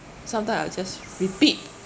sometime I just repeat